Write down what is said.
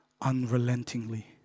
unrelentingly